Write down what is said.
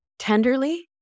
tenderly